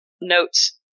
notes